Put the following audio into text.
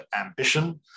ambition